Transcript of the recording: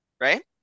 right